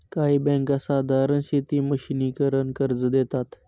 काही बँका साधारण शेती मशिनीकरन कर्ज देतात